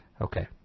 Okay